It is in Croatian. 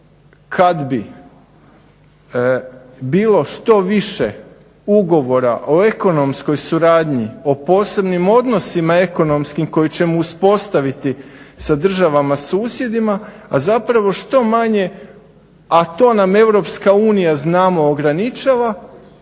kada bi bilo što više ugovora o ekonomskoj suradnji, o posebnim odnosima ekonomskim koje ćemo uspostaviti sa državama susjedima a zapravo što manje a to nam Europska unija znamo ograničava,